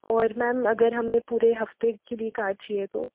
और मैम अगर हमें पूरे हफ़्ते के लिए कार चाहिए तो